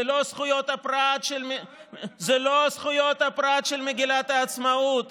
זה לא זכויות הפרט של מגילת העצמאות,